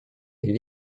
est